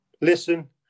listen